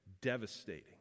Devastating